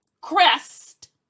crest